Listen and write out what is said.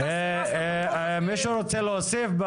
המקצועי, מישהו רוצה להוסיף?